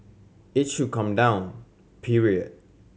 it should come down period